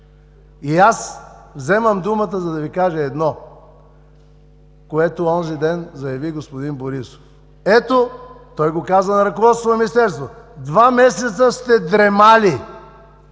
Аз вземам думата, за да Ви кажа едно, което онзи ден заяви господин Борисов. Той го каза на ръководството на Министерството: „Два месеца сте дремали